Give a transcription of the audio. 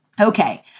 Okay